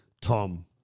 Tom